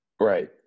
Right